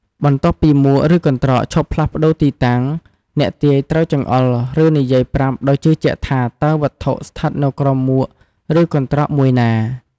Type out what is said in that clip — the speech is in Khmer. បន្ទាប់ពីមួក ឬកន្ត្រកឈប់ផ្លាស់ប្ដូរទីតាំង អ្នកទាយត្រូវចង្អុល ឬនិយាយប្រាប់ដោយជឿជាក់ថា តើវត្ថុស្ថិតនៅក្រោមមួក ឬកន្ត្រកមួយណា។